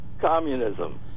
communism